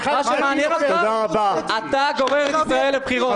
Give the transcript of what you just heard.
מה שמעניין אותך, אתה גורר את ישראל לבחירות.